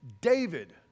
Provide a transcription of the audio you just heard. David